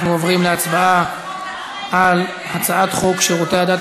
אנחנו עוברים להצבעה על הצעת חוק שירותי הדת